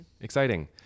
Exciting